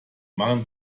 machen